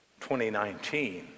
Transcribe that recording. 2019